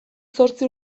zortzi